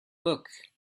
book